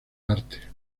artes